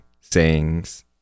sayings